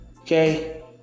Okay